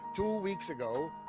two weeks ago,